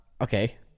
okay